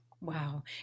Wow